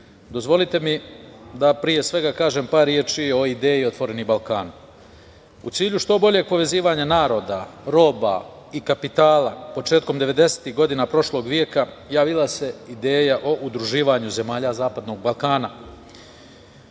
dozvolite mi da pre svega kažem par reči o ideji „Otvoreni Balkan“.U cilju što boljeg povezivanja naroda, roba i kapitala početkom devedesetih godina prošlog veka, javila se ideja o udruživanju zemalja Zapadnog Balkana,